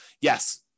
yes